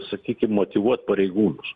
sakykim motyvuot pareigūnus